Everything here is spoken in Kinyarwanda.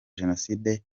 jenoside